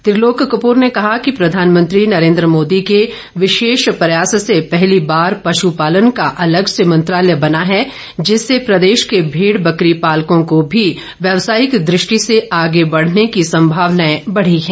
त्रिलोक कपूर ने कहा कि प्रधानमंत्री नरेन्द्र मोदी के विशेष प्रयास से पहली बार पश्पालन का अलग से मंत्रालय बना है जिससे प्रदेश के भेड़ बकरी पालकों को भी व्यवसायिक दृष्टि से आगे बढ़र्ने की संभावनाएं बढ़ी हैं